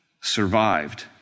survived